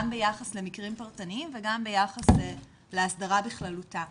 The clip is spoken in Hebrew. ביחס למקרים פרטניים וגם ביחס להסדרה בכללותה.